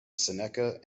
seneca